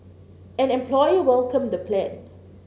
an employer welcomed the plan